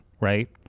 right